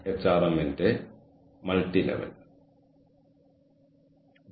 ഒരു സ്ഥാപനത്തിന്റെ മത്സര തന്ത്രം വിവിധ കാര്യങ്ങളെ ആശ്രയിച്ചിരിക്കുന്നു